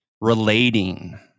relating